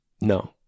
No